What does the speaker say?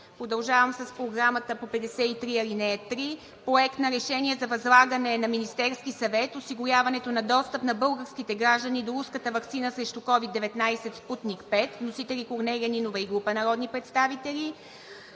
Продължавам с Програмата по чл. 53, ал. 3: 5. Проект на решение за възлагане на Министерски съвет осигуряването на достъп на българските граждани до руската ваксина срещу COVID-19 „Спутник V“. Вносители – Корнелия Нинова и група народни представители.